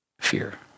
fear